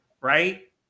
right